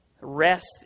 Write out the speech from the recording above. rest